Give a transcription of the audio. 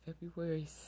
February